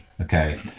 okay